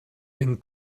ihren